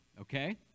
Okay